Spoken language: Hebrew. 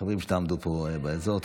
מהחברים שתעמדו פה באזור.